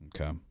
okay